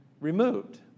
removed